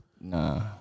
Nah